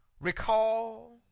recall